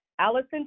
Allison